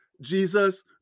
Jesus